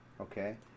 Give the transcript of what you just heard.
Okay